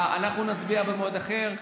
אנחנו נצביע במועד אחר.